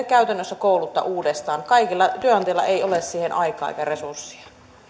käytännössä kouluttaa uudestaan kaikilla työnantajilla ei ole siihen aikaa eikä resursseja